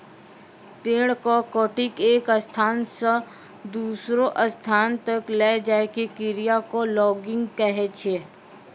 पेड़ कॅ काटिकॅ एक स्थान स दूसरो स्थान तक लै जाय के क्रिया कॅ लॉगिंग कहै छै